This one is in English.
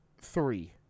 three